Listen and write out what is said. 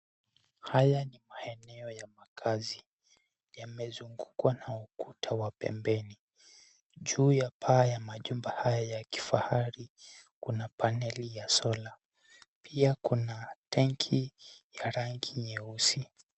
Haya ni maeneo ya makazi. Yamezungukwa na ukuta wa pembeni. Juu ya paa ya majumba haya ya kifahari, kuna paneli ya solar . Pia kuna tanki ya rangi nyeusi.